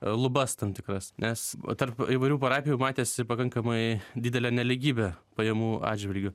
lubas tam tikras nes tarp įvairių parapijų matėsi pakankamai didelė nelygybė pajamų atžvilgiu